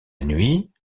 nuit